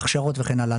הכשרות וכן הלאה.